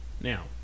Now